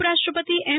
ઉપરાષ્ટ્રપતિ એમ